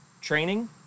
training